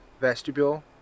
vestibule